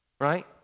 right